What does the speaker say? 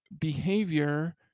behavior